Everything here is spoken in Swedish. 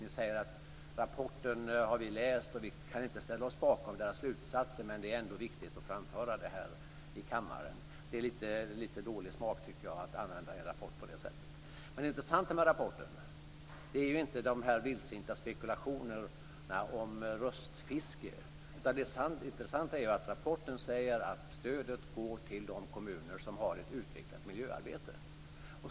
Ni säger att ni har läst rapporten och att ni inte kan ställa er bakom slutsatsen men att det ändå är viktigt att framföra detta i kammaren. Det är lite dålig smak, tycker jag, att använda en rapport på det sättet. Det intressanta med rapporten är ju inte de vildsinta spekulationerna om röstfiske, utan det intressanta är att rapporten säger att stödet går till de kommuner som har ett utvecklat miljöarbete.